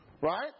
right